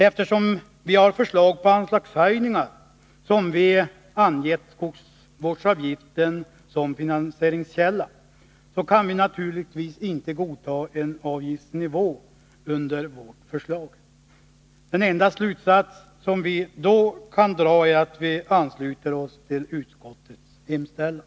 Eftersom vi när det gäller vårt förslag om höjning av anslaget har angivit skogsvårdsavgiften som finansieringskälla, kan vi naturligtvis inte godta en lägre avgift än den som vi har föreslagit. Den enda slutsats som vi därför kan dra är att vi måste ansluta oss till utskottets hemställan.